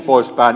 jnp